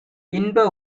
இன்ப